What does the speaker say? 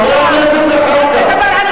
חבר הכנסת זחאלקה,